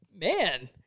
man